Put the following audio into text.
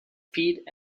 feet